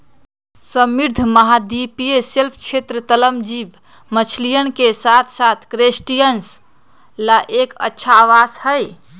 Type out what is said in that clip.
समृद्ध महाद्वीपीय शेल्फ क्षेत्र, तलमज्जी मछलियन के साथसाथ क्रस्टेशियंस ला एक अच्छा आवास हई